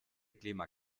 clima